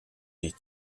dich